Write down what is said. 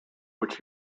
which